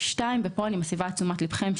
אני מסבה את תשומת ליבכם לכך,